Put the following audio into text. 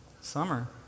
Summer